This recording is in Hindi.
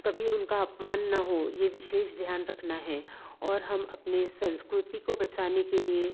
कभी उनका अपमान ना हो ये विशेष ध्यान रखना है और हम अपने संस्कृति को बचाने के लिए